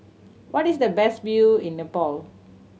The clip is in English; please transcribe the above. what is the best view in Nepal